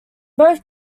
both